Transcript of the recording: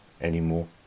anymore